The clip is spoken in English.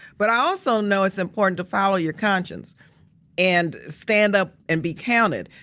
but i also know it's important to follow your conscience and stand up and be counted.